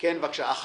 בבקשה.